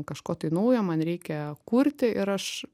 kažko tai naujo man reikia kurti ir aš